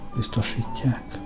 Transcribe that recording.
biztosítják